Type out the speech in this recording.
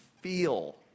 feel